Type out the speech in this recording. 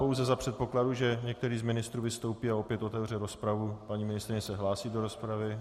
Pouze za předpokladu, že některý z ministrů vystoupí a opět otevře rozpravu paní ministryně se hlásí do rozpravy.